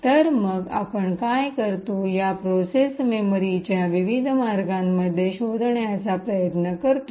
तर मग आपण काय करतो या प्रोसेस मेमरीच्या विविध मार्गांमध्ये शोधण्याचा प्रयत्न करतो